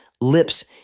lips